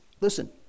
Listen